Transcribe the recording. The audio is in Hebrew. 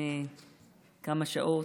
לפני כמה שעות,